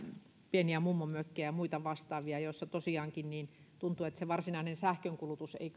pieniä mummonmökkejä ja muita vastaavia joissa tosiaankin tuntuu että se varsinainen sähkökulutus ei kyllä